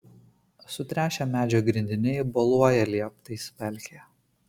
sutręšę medžio grindiniai boluoja lieptais pelkėje